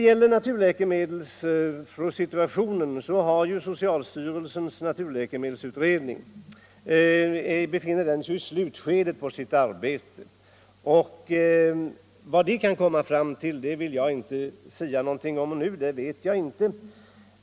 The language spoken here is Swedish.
Vad naturläkemedlen beträffar, så befinner sig socialstyrelsens naturläkemedelsutredning i slutet av sitt arbete, och vad den kan komma fram till vill jag inte sia om — det vet jag inte.